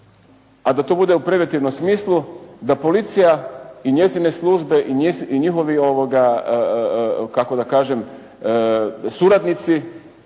a da to bude u preventivnom smislu, da policija i njezine službe i njihovi kako